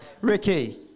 Ricky